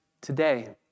today